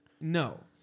No